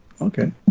Okay